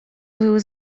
wyły